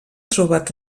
trobat